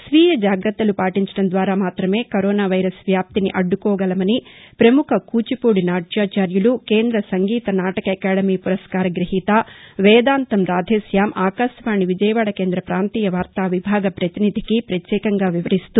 స్వీయ జాగ్రత్తలు పాటించడం ద్వారా మాత్రమే కరోనా వైరస్ వ్యాప్తిని అడ్డుకోగలమని ప్రముఖ కూచిపూడి నాట్యాచార్యులు కేంద్ర సంగీత నాటక అకాడమీ పురస్కార గ్రహీత వేదాంతం రాధేశ్యామ్ ఆకాశవాణి విజయవాడ కేంద్ర ప్రాంతీయ వార్తా విభాగ పతినిధికి పత్యేకంగా వివరిస్తూ